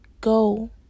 go